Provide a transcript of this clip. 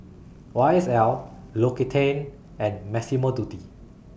Y S L L'Occitane and Massimo Dutti